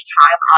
time